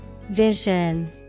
Vision